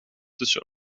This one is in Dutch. tussen